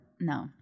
No